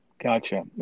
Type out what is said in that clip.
Gotcha